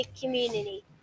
community